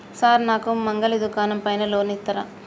Sir నాకు మంగలి దుకాణం పైన లోన్ ఇత్తరా?